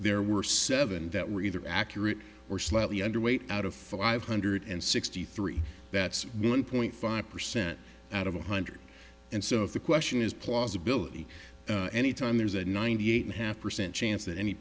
there were seven that were either accurate or slightly underweight out of five hundred and sixty three that's one point five percent out of a hundred and so if the question is plausibility any time there's a ninety eight half percent chance